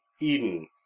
Eden